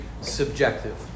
subjective